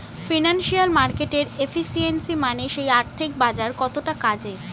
financial মার্কেটের efficiency মানে সেই আর্থিক বাজার কতটা কাজের